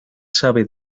sabe